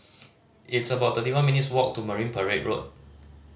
it's about thirty one minutes' walk to Marine Parade Road